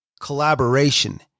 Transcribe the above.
collaboration